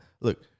look